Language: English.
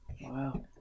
Wow